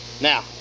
Now